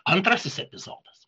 antrasis epizodas